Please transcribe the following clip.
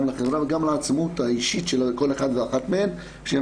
גם לחברה וגם לעצמאות האישית של כל אחת ואחת מהן.